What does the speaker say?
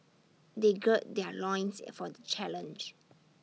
they gird their loins is for the challenge